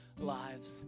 lives